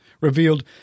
revealed